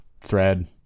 thread